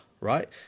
right